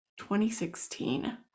2016